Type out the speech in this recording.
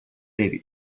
navy